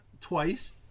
twice